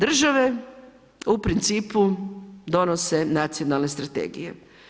Države u principu donose nacionalne strategije.